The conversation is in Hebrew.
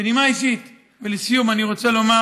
בנימה אישית, לסיום, אני רוצה לומר